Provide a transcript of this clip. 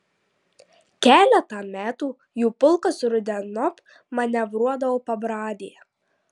keletą metų jų pulkas rudeniop manevruodavo pabradėje